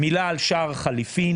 שער חליפין